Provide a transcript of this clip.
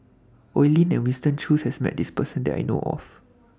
Oi Lin and Winston Choos has Met This Person that I know of